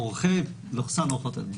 עורכי ועורכות הדין.